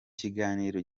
kiganiro